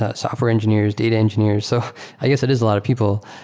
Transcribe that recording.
ah software engineers, data engineers. so i guess it is a lot of people.